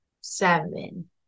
seven